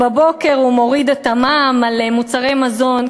בבוקר הוא מוריד את המע"מ על מוצרי מזון,